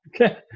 Okay